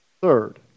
Third